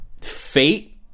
fate